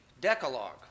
Decalogue